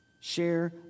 share